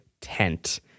tent